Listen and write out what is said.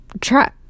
try